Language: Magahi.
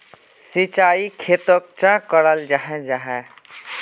सिंचाई खेतोक चाँ कराल जाहा जाहा?